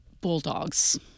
bulldogs